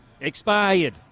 Expired